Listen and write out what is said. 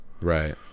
Right